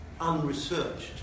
unresearched